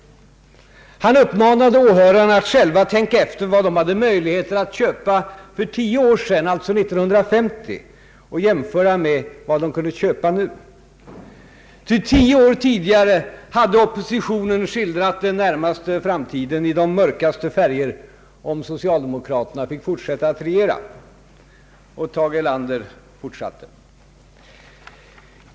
Han uppmanade åhörarna att själva tänka efter vad de hade möjligheter att köpa för tio år sedan, alltså 1950, och jämföra detta med vad de kunde köpa nu. Tio år tidigare hade oppositionen skildrat den närmaste framtiden i de mörkaste färger, om <socialdemokraterna fick fortsätta att regera; och Tage Erlander fortsatte.